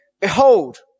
Behold